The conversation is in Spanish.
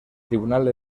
tribunal